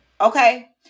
Okay